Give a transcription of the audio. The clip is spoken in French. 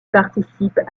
participe